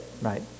right